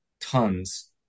tons